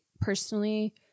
personally